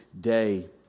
day